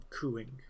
cooing